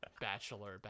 Bachelor